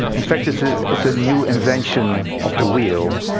in fact, it's ah it's a new invention of the wheel.